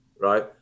right